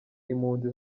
impunzi